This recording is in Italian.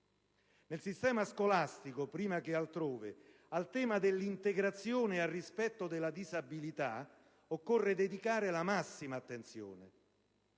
Nel sistema scolastico, prima che altrove, al tema dell'integrazione e al rispetto della disabilità occorre dedicare la massima attenzione;